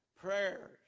Prayers